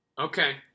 Okay